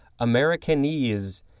Americanese